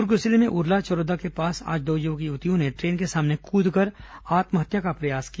दुर्ग जिले में उरला चरोदा के पास आज दो युवक युवतियों ने ट्रेन के सामने कूदकर आत्महत्या का प्रयास किया